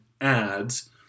ads